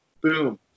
boom